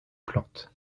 plantes